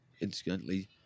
incidentally